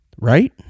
Right